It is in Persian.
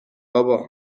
بابا